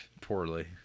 poorly